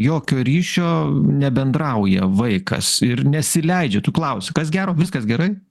jokio ryšio nebendrauja vaikas ir nesileidžia tu klausi kas gero viskas gerai